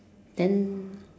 and